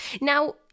Now